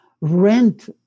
rent